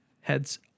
heads